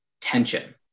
tension